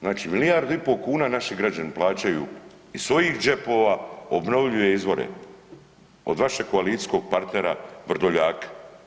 Znači milijardu i pol kuna naši građani plaćaju iz svojih džepova obnovljive izvore od vašeg koalicijskog partnera Vrdoljaka.